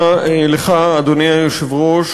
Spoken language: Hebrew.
אדוני היושב-ראש,